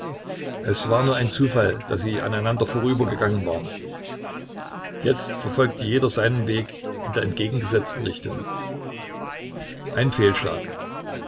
es war nur ein zufall daß sie aneinander vorübergegangen waren jetzt verfolgte jeder seinen weg in der entgegengesetzten richtung ein fehlschlag